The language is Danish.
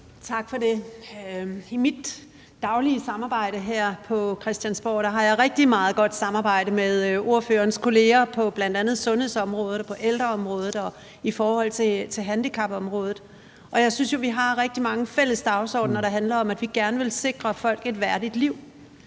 Tak for det. I vores daglige samarbejde her på Christiansborg har jeg rigtig meget godt samarbejde med ordførerens kolleger på bl.a. sundhedsområdet, på ældreområdet og i forhold til handicapområdet. Jeg synes jo, at vi har rigtig mange fælles dagsordener, der handler om, at vi gerne vil sikre folk et værdigt liv,